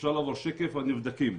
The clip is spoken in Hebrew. הנבדקים.